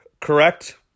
correct